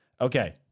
Okay